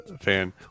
fan